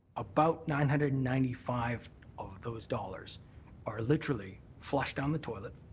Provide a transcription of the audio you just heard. about nine hundred and ninety five of those dollars are literally flushed down the toilet,